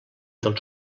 dels